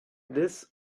this